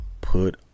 put